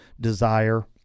desire